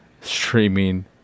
streaming